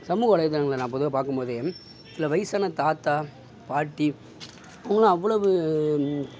சமூக வலைத்தளங்களில் நான் பொதுவாக பார்க்கும்போது சில வயதான தாத்தா பாட்டி அவங்களாம் அவ்வளவு